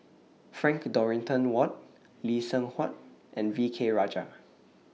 Frank Dorrington Ward Lee Seng Huat and V K Rajah